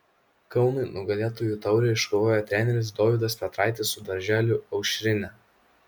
kaunui nugalėtojų taurę iškovojo treneris dovydas petraitis su darželiu aušrinė